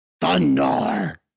Thunder